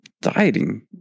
dieting